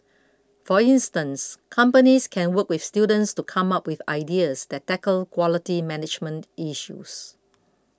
for instance companies can work with students to come up with ideas that tackle quality management issues